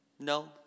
No